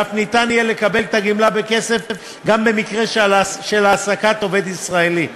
ואף ניתן יהיה לקבל את הגמלה בכסף גם במקרה של העסקת עובד ישראלי,